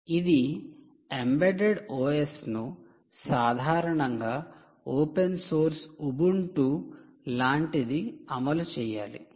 ఇది embedded OS ను సాధారణంగా ఓపెన్ సోర్స్ ఉబుంటు లాంటిది అమలు చేయాలి